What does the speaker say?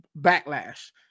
backlash